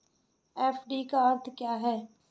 FD का अर्थ क्या है?